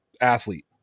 athlete